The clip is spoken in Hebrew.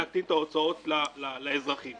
להקטין את ההוצאות לאזרחים.